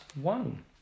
one